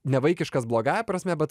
ne vaikiškas blogąja prasme bet